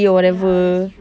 ya that's true